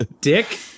Dick